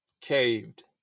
caved